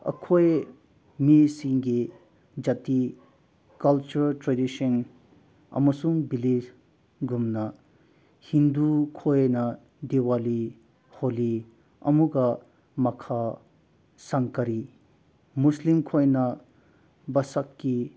ꯑꯩꯈꯣꯏ ꯃꯤꯁꯤꯡꯒꯤ ꯖꯥꯇꯤ ꯀꯜꯆꯔꯦꯜ ꯇ꯭ꯔꯦꯗꯤꯁꯟ ꯑꯃꯁꯨꯡ ꯚꯤꯂꯦꯖꯒꯨꯝꯅ ꯍꯤꯟꯗꯨꯈꯣꯏꯅ ꯗꯤꯋꯥꯂꯤ ꯍꯣꯂꯤ ꯑꯃꯨꯛꯀ ꯃꯈꯥ ꯁꯪꯀꯥꯔꯤ ꯃꯨꯁꯂꯤꯝꯈꯣꯏꯅ ꯕꯥꯁꯛꯀꯤ